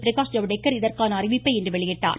பிரகாஷ் ஜவ்டேகர் இதற்கான அறிவிப்பை இன்று வெளியிட்டார்